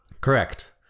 Correct